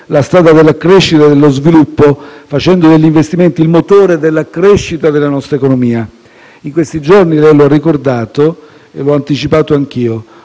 la strada della crescita e dello sviluppo, facendo degli investimenti il motore della crescita della nostra economia. In questi giorni, lei lo ha ricordato e l'ho anticipato anch'io,